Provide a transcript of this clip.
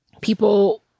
people